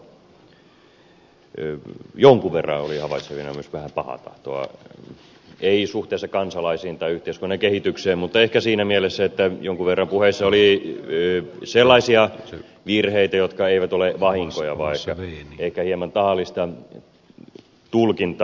jonkun verran olin havaitsevinani myös pahaa tahtoa en suhteessa kansalaisiin tai yhteiskunnan kehitykseen mutta ehkä siinä mielessä että jonkun verran puheissa oli sellaisia virheitä jotka eivät ole vahinkoja vaan ehkä hieman tahallista tulkintaa